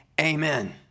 Amen